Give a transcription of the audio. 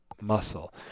muscle